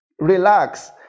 Relax